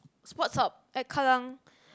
Sports-Hub at kallang